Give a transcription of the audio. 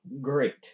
great